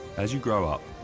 as you grow up,